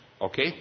Okay